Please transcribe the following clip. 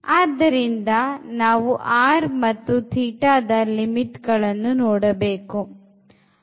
ಆದ್ದರಿಂದ ನಾವು R ಮತ್ತು θದ limit ನೋಡಬೇಕು